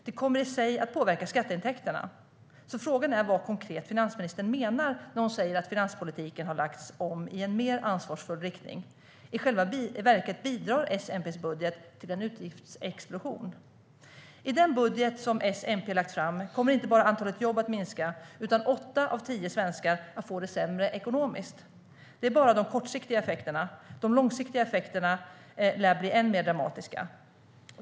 Det kommer i sig att påverka skatteintäkterna. Frågan är vad finansministern menar, konkret, när hon säger att finanspolitiken har lagts om i en mer ansvarsfull riktning. I själva verket bidrar S-MP:s budget till en utgiftsexplosion. I den budget som S-MP lagt fram kommer inte bara antalet jobb att minska utan åtta av tio svenskar kommer att få det sämre ekonomiskt. Det är bara de kortsiktiga effekterna. De långsiktiga konsekvenserna lär bli än mer dramatiska.